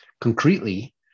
Concretely